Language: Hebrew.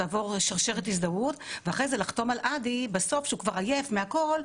לעבור שרשרת הזדהות ואחרי זה לחתום על אדי בסוף כשהוא כבר עייף מהכל,